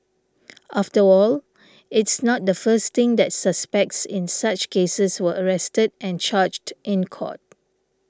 after all it's not the first thing that suspects in such cases were arrested and charged in court